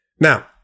Now